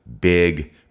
big